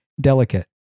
delicate